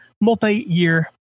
multi-year